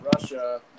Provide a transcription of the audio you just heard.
Russia